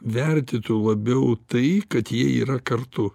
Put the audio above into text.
vertintų labiau tai kad jie yra kartu